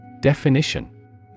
Definition